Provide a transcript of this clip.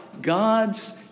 God's